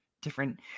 different